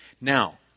Now